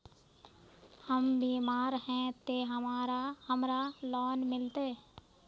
हम बीमार है ते हमरा लोन मिलते?